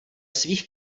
svých